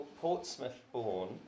Portsmouth-born